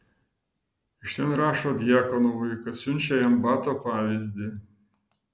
iš ten rašo djakonovui kad siunčia jam bato pavyzdį